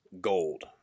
gold